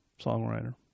songwriter